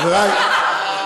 חברי,